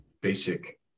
basic